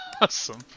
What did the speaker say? awesome